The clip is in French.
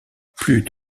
plus